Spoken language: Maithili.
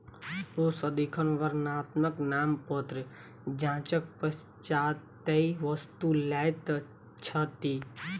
ओ सदिखन वर्णात्मक नामपत्र जांचक पश्चातै वस्तु लैत छथि